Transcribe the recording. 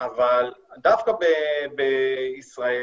אבל דווקא בישראל,